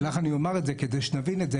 לך אני אומר את זה כדי שנבין את זה.